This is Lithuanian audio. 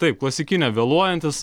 taip klasikine vėluojantis